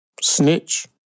snitch